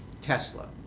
Tesla